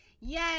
yay